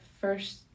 first